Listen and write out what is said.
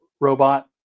robot